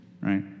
right